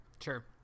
sure